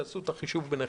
תעשו את החישוב ביניכם.